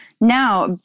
Now